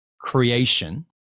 creation